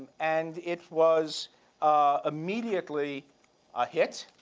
and it was ah immediately a hit.